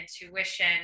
intuition